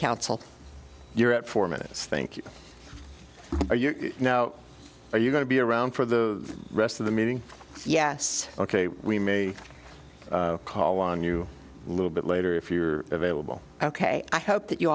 council you're at four minutes think are you know are you going to be around for the rest of the meeting yes ok we may call on you a little bit later if you're available ok i hope that you